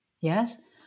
yes